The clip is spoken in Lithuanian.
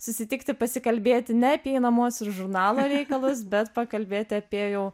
susitikti pasikalbėti neapeinamos ir žurnalo reikalus bet pakalbėti apie jau